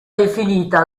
definita